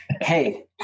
hey